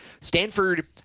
Stanford